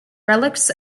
relics